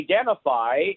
identify